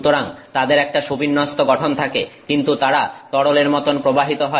সুতরাং তাদের একটা সুবিন্যাস্ত গঠন থাকে কিন্তু তারা তরলের মতন প্রবাহিত হয়